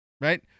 right